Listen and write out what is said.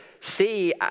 see